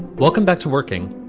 welcome back to working.